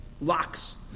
Locks